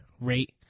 rate